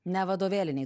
ne vadovėliniai